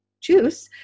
juice